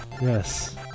Yes